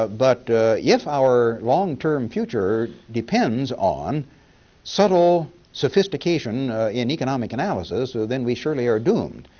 but but if our long-term future depends on subtle sophistication in economic analysis then we surely are doomed.